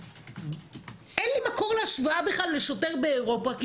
אין לי מקור להשוואה לשוטר באירופה בכלל כי